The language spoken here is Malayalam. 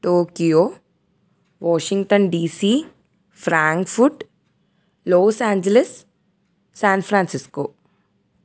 Tokyo Washington D C Frankfurt Los Angeles San Francisco